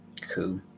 Cool